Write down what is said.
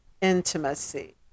intimacy